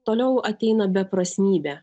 toliau ateina beprasmybė